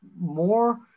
more